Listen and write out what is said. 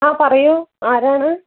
ആ പറയൂ ആരാണ്